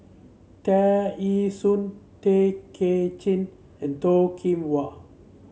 Tear Ee Soon Tay Kay Chin and Toh Kim Hwa